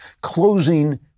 closing